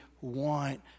want